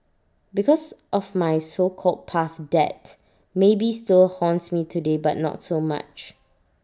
because of my so called past debt maybe still haunts me today but not so much